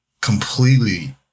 completely